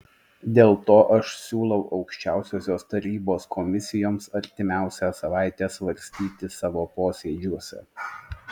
dėl to aš siūlau aukščiausiosios tarybos komisijoms artimiausią savaitę svarstyti savo posėdžiuose